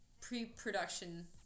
pre-production